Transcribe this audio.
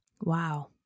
Wow